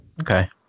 Okay